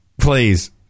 please